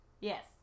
yes